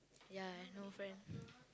ya I no friend